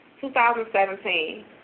2017